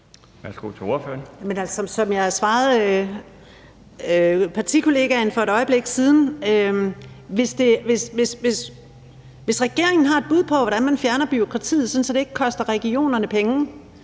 Som jeg svarede partikollegaen for et øjeblik siden, synes jeg da, at man i regeringen, hvis man har et bud på, hvordan man fjerner bureaukratiet, sådan at det ikke koster regionerne penge,